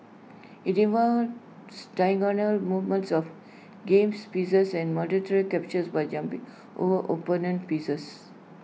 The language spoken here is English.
IT involves diagonal movements of games pieces and mandatory captures by jumping over opponent pieces